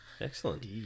Excellent